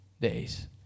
days